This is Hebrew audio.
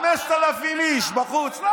5,000 איש בחוץ.